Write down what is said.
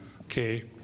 Okay